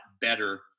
better